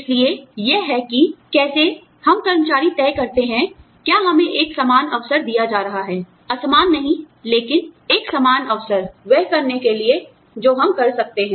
इसलिए यह है कि कैसे हम कर्मचारी तय करते हैं क्या हमें एक समान अवसर दिया जा रहा है असमान नहीं लेकिन एक समान अवसर वह करने के लिए जो हम कर सकते हैं